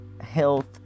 health